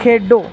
ਖੇਡੋ